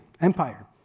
empire